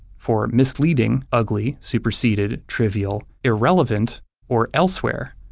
for misleading, ugly, superseded, trivial, irrelevant or elsewhere,